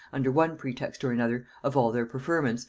under one pretext or another, of all their preferments,